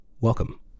welcome